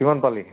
কিমান পালি